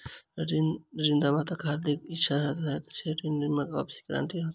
ऋण दाताक हार्दिक इच्छा रहैत छै जे ऋणक वापसीक गारंटी रहय